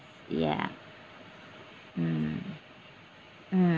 yeah mm mm~